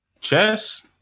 Chess